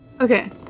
Okay